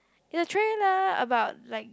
it's trailer about like